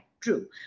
True